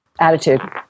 Attitude